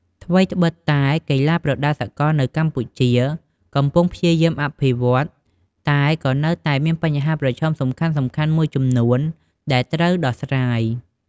ថ្វីត្បិតតែកីឡាប្រដាល់សកលនៅកម្ពុជាកំពុងព្យាយាមអភិវឌ្ឍន៍ តែក៏នៅតែមានបញ្ហាប្រឈមសំខាន់ៗមួយចំនួនដែលត្រូវដោះស្រាយ